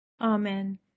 Amen